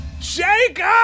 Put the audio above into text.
Jacob